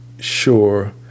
Sure